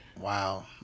Wow